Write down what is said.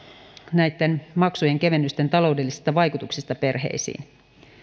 näitten maksujen kevennysten taloudellisista vaikutuksista perheisiin